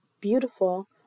beautiful